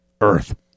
Earth